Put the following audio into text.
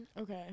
Okay